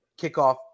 kickoff